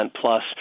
plus